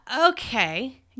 okay